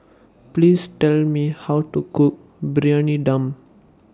Please Tell Me How to Cook Briyani Dum